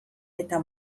eta